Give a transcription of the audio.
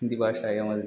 हिन्दिभाषायां वदति